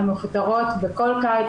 הן מפוטרות בכל קיץ,